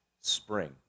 spring